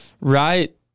right